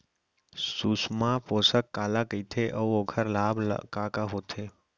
सुषमा पोसक काला कइथे अऊ ओखर लाभ का का होथे?